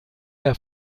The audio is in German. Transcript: der